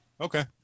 Okay